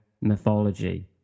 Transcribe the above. mythology